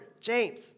James